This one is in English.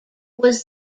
was